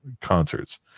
concerts